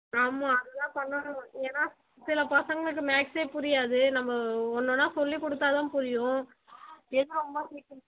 ஆமாம் அதுதான் பண்ணணும் ஏன்னா சில பசங்களுக்கு மேக்ஸ்ஸே புரியாது நம்ம ஒன்னொன்றா சொல்லிக்கொடுத்தாதான் புரியும் எது ரொம்ப சீக்கிரம்